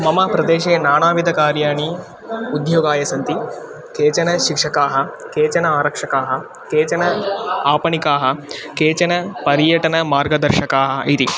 मम प्रदेशे नानाविधकार्याणि उद्योगाय सन्ति केचन शिक्षकाः केचन आरक्षकाः केचन आपणिकाः केचन पर्यटनमार्गदर्शकाः इति